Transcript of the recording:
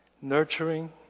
nurturing